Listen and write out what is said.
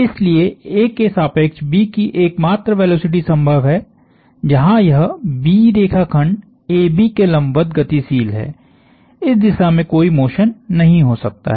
इसलिए A के सापेक्ष B की एकमात्र वेलोसिटी संभव है जहां यह B रेखाखंड AB के लंबवत गतिशील है इस दिशा में कोई मोशन नहीं हो सकता है